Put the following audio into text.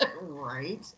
right